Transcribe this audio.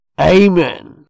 Amen